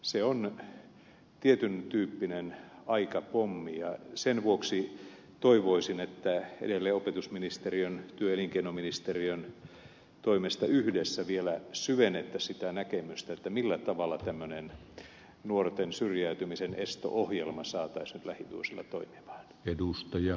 se on tietyn tyyppinen aikapommi ja sen vuoksi toivoisin että edelleen opetusministeriön ja työ ja elinkeinoministeriön toimesta yhdessä vielä syvennettäisiin sitä näkemystä millä tavalla tämmöinen nuorten syrjäytymisen esto ohjelma saataisiin lähivuosina toimimaan